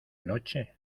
noche